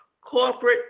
corporate